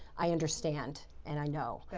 i understand and i know.